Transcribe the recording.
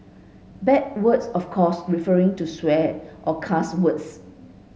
bad words of course referring to swear or cuss words